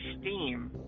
Steam